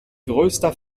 größter